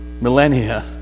millennia